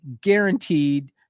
guaranteed